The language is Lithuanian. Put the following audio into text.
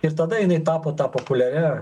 ir tada jinai tapo ta populiaria